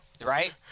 Right